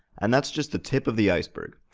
and that's just the tip of the iceberg.